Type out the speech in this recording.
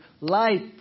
life